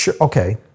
okay